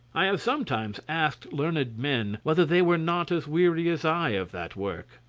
i have sometimes asked learned men whether they were not as weary as i of that work.